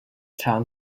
town